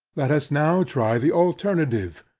let us now try the alternative,